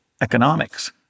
economics